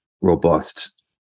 robust